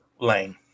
Lane